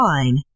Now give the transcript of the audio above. fine